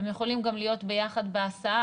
הם יכולים גם להיות ביחד בהסעה.